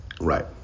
right